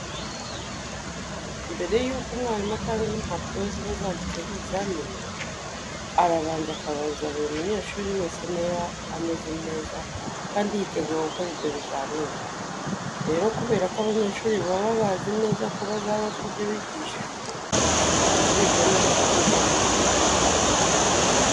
Mbere yuko umwarimu atanga impapuro ziba zanditseho ibizamini, arabanza akabaza buri munyeshuri wese niba ameze neza kandi yiteguye gukora ibyo bizamini. Rero kubera ko abanyeshuri baba babizi neza ko bazabazwa ibyo bigishijwe, bituma biga neza kandi bakurikiye.